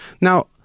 Now